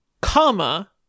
comma